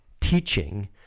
teaching